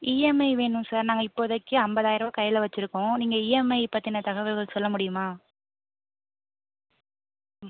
EMI வேணும் sir நாங்கள் இப்போதைக்கு ஐம்பதாயிர ரூபா கையில் வச்சுருக்கோம் நீங்கள் இஎம்ஐ பற்றின தகவல்கள் சொல்ல முடியுமா ம்